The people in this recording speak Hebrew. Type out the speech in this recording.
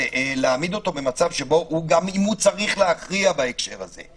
להעמיד אותו במצב שהוא צריך להכריע בהקשר הזה.